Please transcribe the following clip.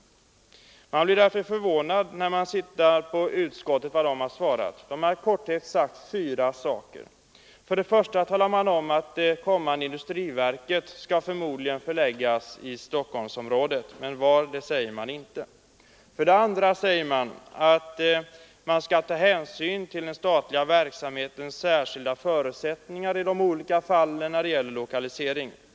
Man blir förvånad när man ser vad utskottet svarar i sitt betänkande. Utskottet har framhållit fyra synpunkter. För det första talar man om att det kommande industriverket skall läggas i Stockholms län. Var säger man inte. För det andra framhålls att man skall ta hänsyn till den statliga verksamhetens särskilda förutsättningar i de enskilda lokaliseringsfrågorna.